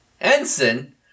Ensign